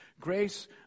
Grace